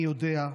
אני יודע,